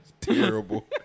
Terrible